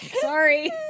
Sorry